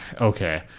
Okay